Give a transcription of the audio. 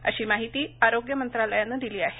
अशी माहिती आरोग्य मंत्रालयानं दिली आहे